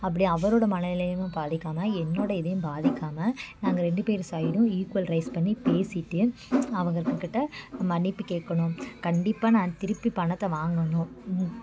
அப்படி அவரோடய மனநிலையும் பாதிக்காமல் என்னோடய இதையும் பாதிக்காமல் நாங்கள் ரெண்டு பேரும் சைடும் ஈக்குவல் ரைஸ் பண்ணி பேசிட்டு அவங்களுக்கிட்ட மன்னிப்பு கேட்கணும் கண்டிப்பாக நான் திருப்பி பணத்தை வாங்கணும்